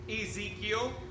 Ezekiel